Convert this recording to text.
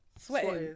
Sweating